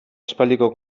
aspaldiko